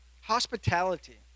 Hospitality